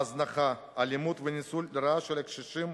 ההזנחה, האלימות והניצול לרעה של הקשישים